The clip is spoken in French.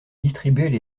distribuaient